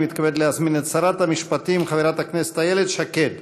אני מתכבד להזמין את שרת המשפטים חברת הכנסת איילת שקד